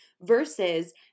versus